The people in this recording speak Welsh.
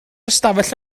ystafell